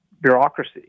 bureaucracy